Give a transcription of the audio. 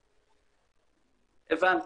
הבנת.